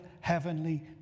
heavenly